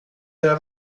era